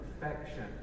perfection